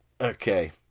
Okay